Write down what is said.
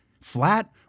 Flat